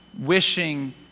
wishing